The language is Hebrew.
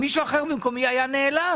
מישהו אחר במקומי היה נעלב.